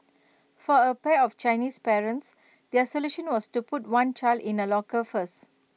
for A pair of Chinese parents their solution was to put one child in A locker first